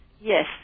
Yes